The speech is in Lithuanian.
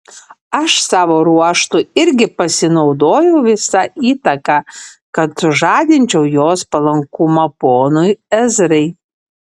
aš savo ruožtu irgi pasinaudojau visa įtaka kad sužadinčiau jos palankumą ponui ezrai